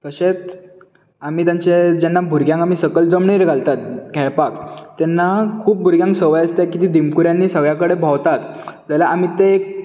तशेंच आमी तांचे जेन्ना भुरग्यांक आमी सकयल जमनीर घालतात खेळपाक तेन्ना खूब भुरग्यांक संवय आसता की ती दिमकूऱ्यांनी सगळे कडेन भोंवता जाल्यार आमी ते एक